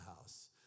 house